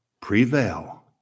prevail